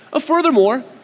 Furthermore